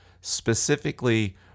specifically